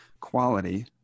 quality